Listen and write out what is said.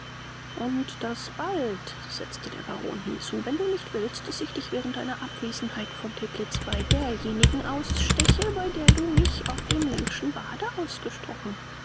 und das bald setzte der baron hinzu wenn du nicht willst daß ich dich während deiner abwesenheit von teplitz bei derjenigen aussteche bei der du mich auf dem link'schen bade ausgestochen